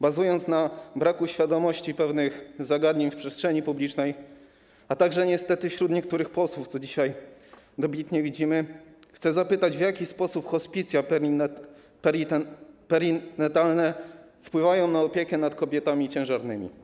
Bazując na braku świadomości, jeśli chodzi o pewne zagadnienia, w przestrzeni publicznej, a także niestety wśród niektórych posłów, co dzisiaj dobitnie widzimy, chcę zapytać: W jaki sposób hospicja perinatalne wpływają na opiekę nad kobietami ciężarnymi?